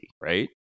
right